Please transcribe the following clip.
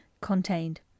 contained